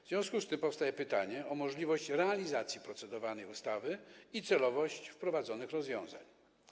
W związku z tym nasuwa się pytanie o możliwość realizacji procedowanej ustawy i celowość wprowadzonych rozwiązań.